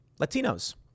Latinos